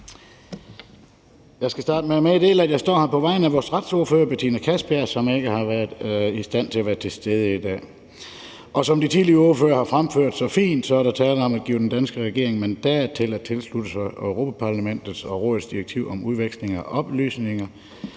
Jeg skal starte med at meddele, at jeg står her på vegne af vores retsordfører, Betina Kastbjerg, som ikke har været i stand til at være til stede i dag. Som de tidligere ordførere har fremført så fint, er der tale om at give den danske regering mandat til at tilslutte sig Europa-Parlamentets og Rådets direktiv om udveksling af oplysninger